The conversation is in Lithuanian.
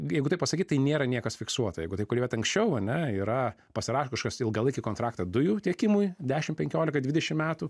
jeigu taip pasakyt tai nėra niekas fiksuota jeigu taip kalbėt anksčiau ane yra pasirašo kažkokias ilgalaikį kontraktą dujų tiekimui dešim penkiolikai dvidešim metų